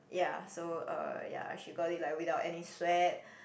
ya so um ya she got it like without any sweat